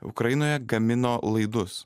ukrainoje gamino laidus